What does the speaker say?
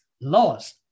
laws